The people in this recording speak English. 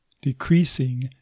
decreasing